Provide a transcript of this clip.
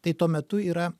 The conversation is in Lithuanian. tai tuo metu yra